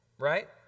right